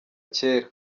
kera